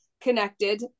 connected